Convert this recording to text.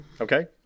Okay